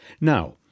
Now